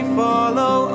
follow